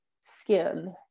skin